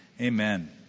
amen